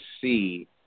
see